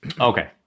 Okay